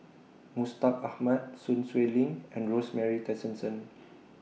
Mustaq Ahmad Sun Xueling and Rosemary Tessensohn